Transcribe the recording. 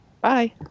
Bye